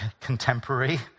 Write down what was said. contemporary